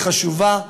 היא חשובה,